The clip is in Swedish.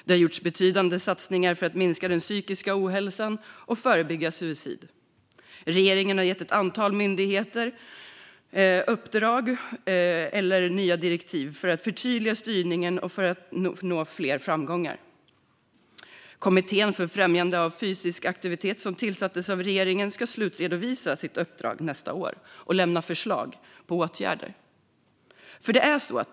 Det har gjorts betydande satsningar för att minska den psykiska ohälsan och förebygga suicid. Regeringen har gett ett antal myndigheter uppdrag eller nya direktiv för att förtydliga styrningen och nå fler framgångar. Regeringen tillsatte en kommitté för främjande av fysisk aktivitet, och den ska slutredovisa sitt uppdrag nästa år och lämna förslag på åtgärder.